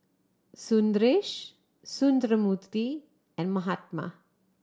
Sundaresh Sundramoorthy and Mahatma